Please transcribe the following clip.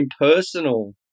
impersonal